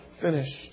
finished